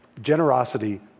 Generosity